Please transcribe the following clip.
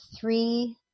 three